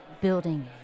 building